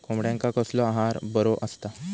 कोंबड्यांका कसलो आहार बरो असता?